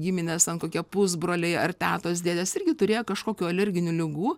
giminės ten kokie pusbroliai ar tetos dėdės irgi turėjo kažkokių alerginių ligų